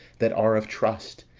that are of trust,